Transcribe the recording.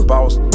Boss